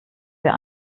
wir